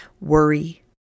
Worry